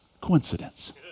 coincidence